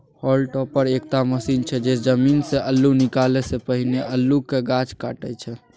hall topper एकटा machine छै जे जमीनसँ अल्लु निकालै सँ पहिने अल्लुक गाछ काटय छै